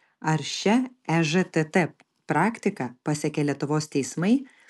ar šia ežtt praktika pasekė lietuvos teismai